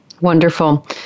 Wonderful